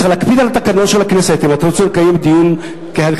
צריך להקפיד על התקנון של הכנסת אם אתה רוצה לקיים דיון כהלכתו.